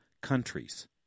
countries